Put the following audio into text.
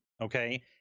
okay